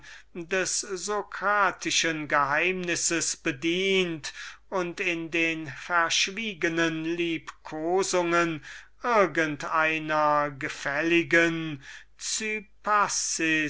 des socratischen geheimnisses bedient und in den verschwiegenen liebkosungen irgend einer gefälligen